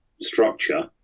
structure